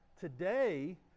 Today